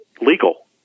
legal